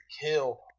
kill